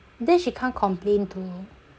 then she can't complain though